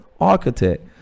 architect